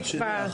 המשטרה.